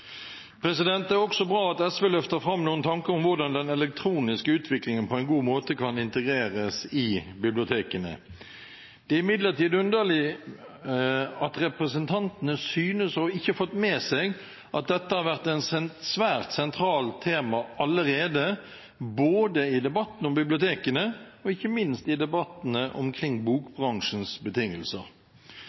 Det er også bra at SV løfter fram noen tanker om hvordan den elektroniske utviklingen på en god måte kan integreres i bibliotekene. Det er imidlertid underlig at representantene ikke synes å ha fått med seg at dette har vært et svært sentralt tema allerede, både i debatten om bibliotekene og ikke minst i debattene omkring bokbransjens betingelser.